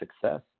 success